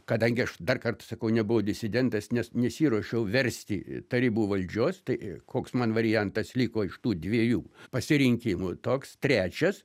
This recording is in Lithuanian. kadangi aš dar kartą sakau nebuvau disidentas nes nesiruošiau versti tarybų valdžios tai koks man variantas liko iš tų dviejų pasirinkimų toks trečias